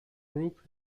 group